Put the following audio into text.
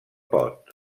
pot